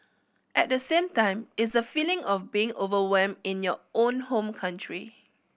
at the same time it's the feeling of being overwhelmed in your own home country